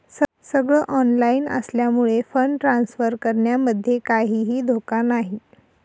सगळ ऑनलाइन असल्यामुळे fund transfer करण्यामध्ये काहीही धोका नाही